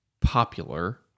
popular